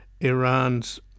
Iran's